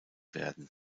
werden